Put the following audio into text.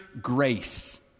grace